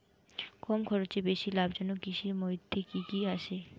কম খরচে বেশি লাভজনক কৃষির মইধ্যে কি কি আসে?